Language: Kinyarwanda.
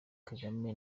kagame